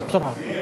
הוא סיים.